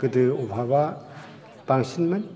गोदो अभाबा बांसिनमोन